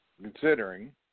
considering